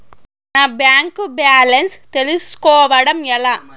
నా bank balance తెలుస్కోవడం ఎలా?